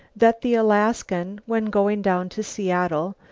that the alaskan, when going down to seattle,